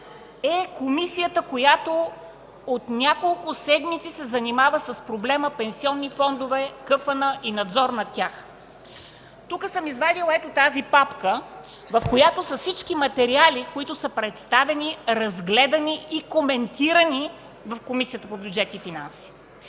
е Комисията, която от няколко седмици се занимава с проблема „пенсионни фондове, Комисия за финансов надзор и надзор над тях”. Тук съм извадила ето тази папка (показва я), в която са всички материали, които са представени, разгледани и коментирани в Комисията по бюджет и финанси.